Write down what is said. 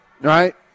right